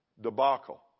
debacle